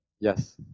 yes